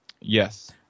Yes